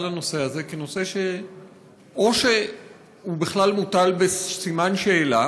לנושא הזה כנושא שאו שהוא בכלל בסימן שאלה,